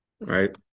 Right